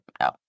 No